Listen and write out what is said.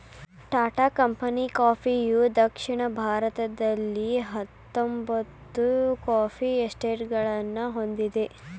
Tata coffee ಕಂಪನಿಯುದಕ್ಷಿಣ ಭಾರತದಲ್ಲಿಹತ್ತೊಂಬತ್ತು coffee ಎಸ್ಟೇಟ್ಗಳನ್ನು ಹೊಂದಿದೆ